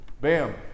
Bam